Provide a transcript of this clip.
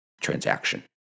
transaction